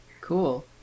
Cool